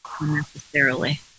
unnecessarily